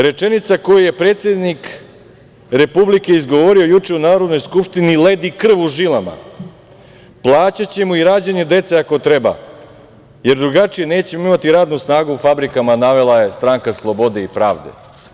Rečenica koju je predsednik Republike izgovorio juče u Narodnoj skupštini ledi krv u žilama, plaćaćemo i rađanje dece ako treba, jer drugačije nećemo imati radnu snagu u fabrikama, navela je Stranka slobode i pravde.